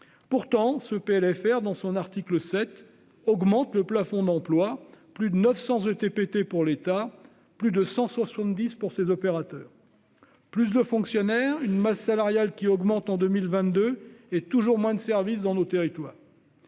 Pourtant, ce PLFR, dans son article 7, augmente le plafond d'emplois : plus de 900 équivalents temps plein annuel travaillé (ETPT) pour l'État, plus de 170 pour ses opérateurs. Plus de fonctionnaires, une masse salariale qui augmente en 2022 et toujours moins de services dans nos territoires